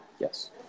Yes